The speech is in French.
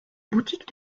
boutique